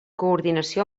coordinació